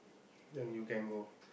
then you can go